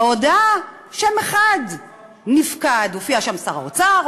שבהודעה שם אחד נפקד: הופיע שם שר האוצר,